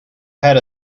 had